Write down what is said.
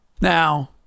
now